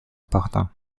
importants